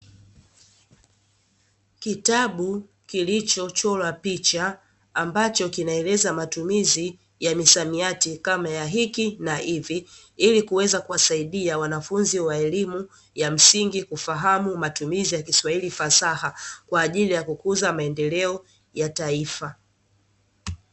Kitabu kilichochora picha, ambacho kinaeleza matumizi ya misamiati kama ya "hiki na hivi" ili kuweza kuwasaidia wanafunzi wa elimu ya msingi kufahamu matumizi ya kiswahili fasaha kwa ajili ya kukuza maendeleo ya taifa.